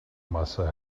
masse